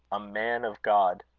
a man of god!